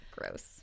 gross